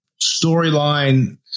storyline